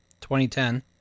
2010